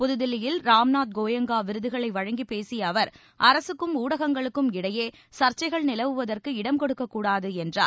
புதுதில்லியில் ராம்நாத் கோயங்கா விருதுகளை வழங்கிப்பேசிய அவர் அரசுக்கும் ஊடகங்களுக்கும் இடையே சர்ச்சைகள் நிலவுவதற்கு இடம்கொடுக்கக் கூடாது என்றார்